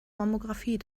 mammographie